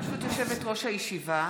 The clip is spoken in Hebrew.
ברשות יושבת-ראש הישיבה,